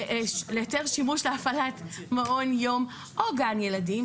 היתר שימוש להפעלת מעון יום או גן ילדים,